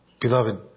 Beloved